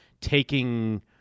taking